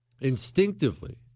instinctively